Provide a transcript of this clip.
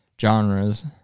genres